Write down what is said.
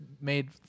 made